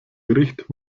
gericht